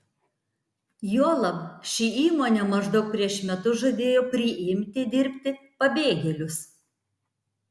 juolab ši įmonė maždaug prieš metus žadėjo priimti dirbti pabėgėlius